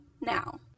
now